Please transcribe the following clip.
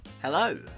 Hello